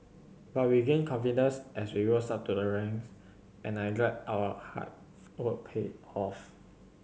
but we gained confidence as we rose up to the ranks and I'm glad our hard work paid off